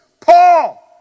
Paul